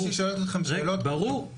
זה שהיא שואלת אתכם שאלות קשות,